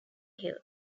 hill